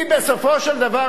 כי בסופו של דבר,